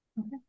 Okay